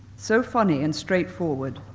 so funny and straight-forward,